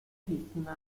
vittime